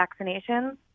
vaccinations